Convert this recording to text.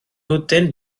hôtel